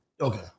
okay